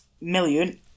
million